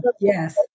Yes